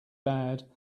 bad